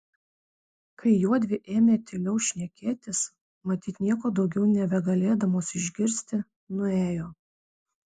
kai juodvi ėmė tyliau šnekėtis matyt nieko daugiau nebegalėdamos išgirsti nuėjo